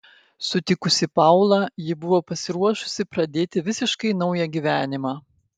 sutikusi paulą ji buvo pasiruošusi pradėti visiškai naują gyvenimą